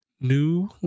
new